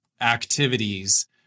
activities